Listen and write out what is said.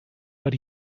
but